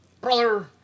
Brother